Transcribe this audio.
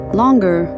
longer